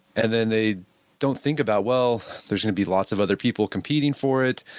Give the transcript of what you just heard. and then they don't think about, well, there's going to be lots of other people competing for it.